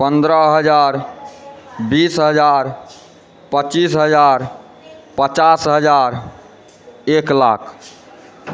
पन्द्रह हजार बीस हजार पच्चीस हजार पचास हजार एक लाख